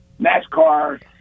NASCAR